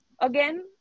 again